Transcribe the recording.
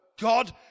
God